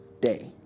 day